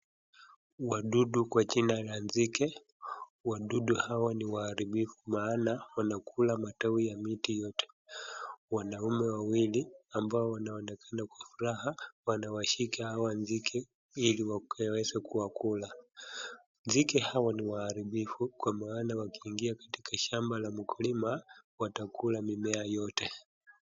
Wadudu kwa jina la nzige. Wadudu hawa ni waharibifu maana wanakula matawi ya miti yote. Wanaume wawili ambao wanaonekana kwa furaha wanaonekana wanashika hawa nzige ili wakaweze kuwa kula. Nzige hawa ni waharibifu kwa maana wakiingia kwenye shamba la mkulima watakula mimea yote.